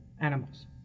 animals